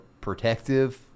protective